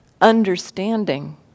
understanding